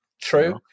True